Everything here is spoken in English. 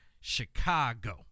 chicago